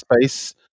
space